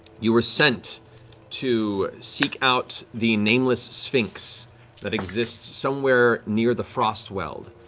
you were sent to seek out the nameless sphinx that exists somewhere near the frostweald.